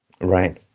Right